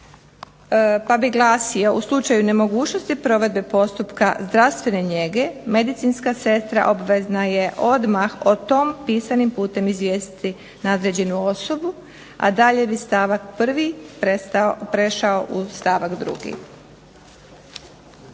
pa bi glasio: "U slučaju nemogućnosti provedbe postupka zdravstvene njege medicinska sestra obvezna je odmah o tom pisanim putem izvijestiti nadređenu osobu", a dalje bi stavak 1. prešao u stavak 2.